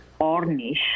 Ornish